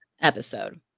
episode